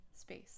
space